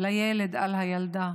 לילד על הילדה